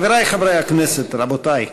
חברי חברי הכנסת, רבותי,